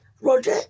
Roger